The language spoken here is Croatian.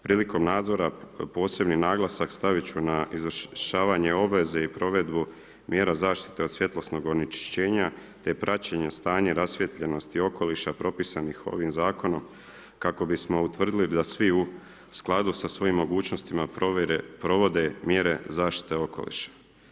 Prilikom nadzora posebni naglasak staviti ću na izvršavanje obveze i provedbu mjera zaštite od svjetlosnog onečišćenja te praćenje stanja rasvijetljenosti okoliša propisanih ovim zakonom kako bismo utvrdili da svi u skladu sa svojim mogućnostima provode mjere zaštite okoliša.